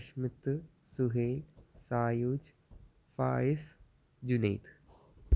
Ashmith Suhail Sayooj Fayis Junaid